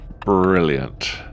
Brilliant